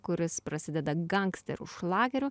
kuris prasideda gangsterų šlageriu